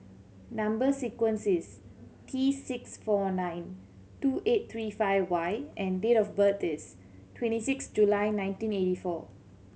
number sequence is T six four nine two eight three five Y and date of birth is twenty six July nineteen eighty four